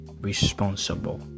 responsible